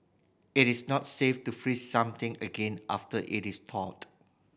it is not safe to freeze something again after it is thawed